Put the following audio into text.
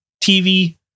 tv